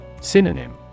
Synonym